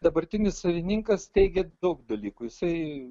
dabartinis savininkas teigia daug dalykų jisai